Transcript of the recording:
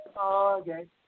Okay